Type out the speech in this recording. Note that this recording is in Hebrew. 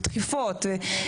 תקיפות,